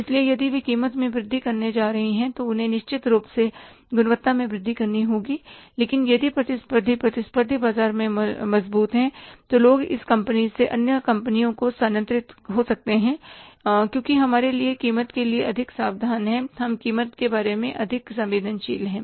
इसलिए यदि वे कीमत में वृद्धि करने जा रहे हैं तो उन्हें निश्चित रूप से गुणवत्ता में वृद्धि करनी होगी लेकिन यदि प्रतिस्पर्धी प्रतिस्पर्धी बाजार में मजबूत हैं तो लोग इस कंपनी से अन्य प्रतियोगियों को स्थानांतरित हो सकते हैं क्योंकि हमारे लिए हम कीमत के लिए अधिक सावधान हैं हम कीमत के बारे में अधिक संवेदनशील हैं